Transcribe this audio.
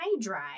hydride